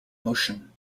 motion